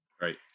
right